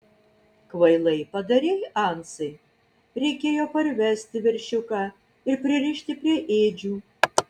kvailai padarei ansai reikėjo parvesti veršiuką ir pririšti prie ėdžių